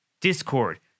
discord